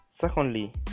Secondly